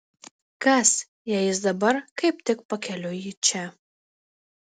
kas jei jis dabar kaip tik pakeliui į čia